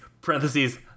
parentheses